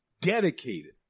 dedicated